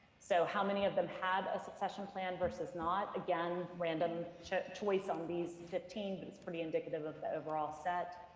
so how many of them have a succession plan versus not? again, random choice on these fifteen but it's pretty indicative of the overall set.